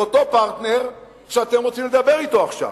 זה אותו פרטנר שאתם רוצים לדבר אתו עכשיו.